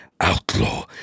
Outlaw